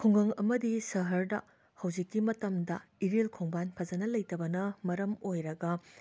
ꯈꯨꯡꯒꯪ ꯑꯃꯗꯤ ꯁꯍꯔꯗ ꯍꯧꯖꯤꯛꯀꯤ ꯃꯇꯝꯗ ꯏꯔꯝ ꯈꯣꯡꯕꯥꯜ ꯐꯖꯅ ꯂꯩꯇꯕꯅ ꯃꯔꯝ ꯑꯣꯏꯔꯒ